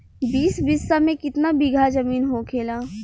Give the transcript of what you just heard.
बीस बिस्सा में कितना बिघा जमीन होखेला?